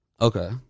okay